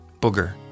Booger